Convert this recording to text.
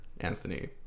Anthony